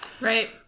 Right